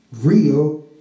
real